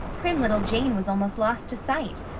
prim little jane was almost lost to sight.